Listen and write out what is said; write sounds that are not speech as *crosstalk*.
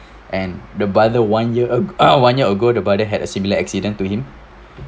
and the brother one year a~ *coughs* one year ago the brother had a similar accidents to him